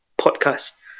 podcast